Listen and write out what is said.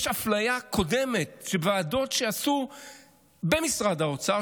יש אפליה קודמת של ועדות עשו במשרד האוצר,